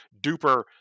duper